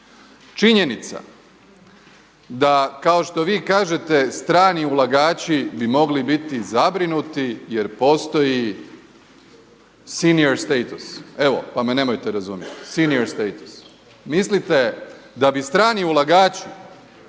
Činjenica da kao što vi kažete strani ulagači bi mogli biti zabrinuti jer postoji senior status evo pa me nemojte razumjeti, senior status. Mislite da bi strani ulagači,